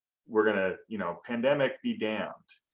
we're going to you know pandemic be damned.